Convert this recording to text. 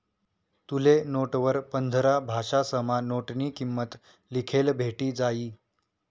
तुले नोटवर पंधरा भाषासमा नोटनी किंमत लिखेल भेटी जायी